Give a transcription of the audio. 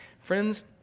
Friends